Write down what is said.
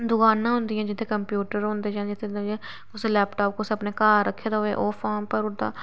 दुकानां हुंदियां जित्थै कम्प्यूटर हुंदे जां जित्थै कुसै लैपआप कुसै अपने घर रक्खे दा होवे ओह् फार्म भरू उड़दा